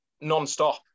non-stop